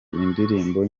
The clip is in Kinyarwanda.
indirimbo